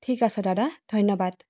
ঠিক আছে দাদা ধন্যবাদ